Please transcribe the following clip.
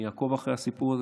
אעקוב אחרי הסיפור הזה,